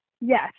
Yes